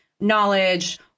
knowledge